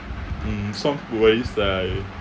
mm some ways that I